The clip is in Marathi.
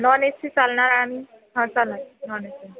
नॉन ए सी चालणार हां चालनार नॉन ए सी